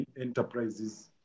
enterprises